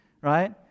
right